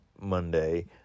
Monday